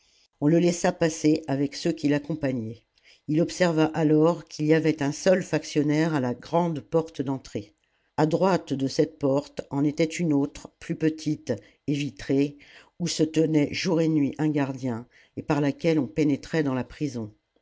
on le laissa passer avec ceux qui l'accompagnaient il observa alors qu'il y avait un seul factionnaire à la grande porte d'entrée a droite de cette porte en était une autre plus petite et vitrée où se tenait jour et nuit un gardien et par laquelle on pénétrait dans la prison